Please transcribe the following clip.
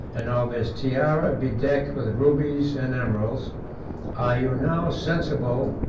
and of his tiara bedecked with rubies and emeralds are you now sensible,